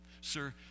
Sir